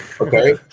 okay